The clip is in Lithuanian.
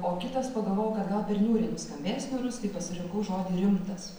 o kitas pagalvojau kad gal per niūriai nuskambės niūrus tai pasirinkau žodį rimtas